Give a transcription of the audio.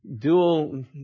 dual